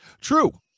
True